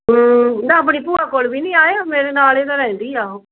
ਉਹ ਤਾਂ ਆਪਣੀ ਭੂਆ ਕੋਲ ਵੀ ਨਹੀਂ ਆਏ ਉਹ ਮੇਰੇ ਨਾਲੇ ਤਾਂ ਰਹਿੰਦੀ ਆ ਉਹ